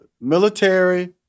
military